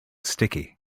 sticky